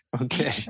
Okay